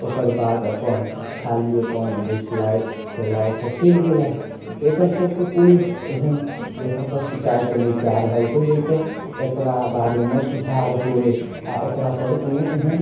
ओकरबाद अपन खाली अपन बैसलथि कयलथि चलि गेलथि एकर सबके कोइ एहन जगहपर शिकायत नहि कए रहल छै जाकऽ एकरा बारेमे सुधार होइ आओर एकरापर कोनो एहन